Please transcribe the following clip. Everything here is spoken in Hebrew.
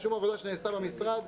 שום עבודה שנעשתה במשרד,